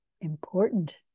important